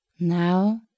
Now